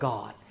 God